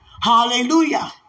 Hallelujah